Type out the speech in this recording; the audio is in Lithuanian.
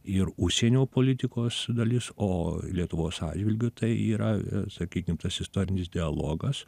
ir užsienio politikos dalis o lietuvos atžvilgiu tai yra sakykim tas istorinis dialogas